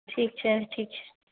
ठीक छै ठीक छै